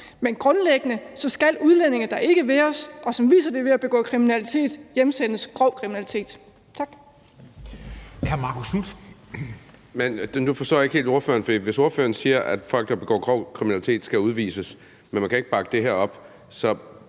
Men grundlæggende skal udlændinge, der ikke vil os, og som viser det ved at begå grov kriminalitet, hjemsendes. Tak.